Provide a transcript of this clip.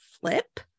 Flip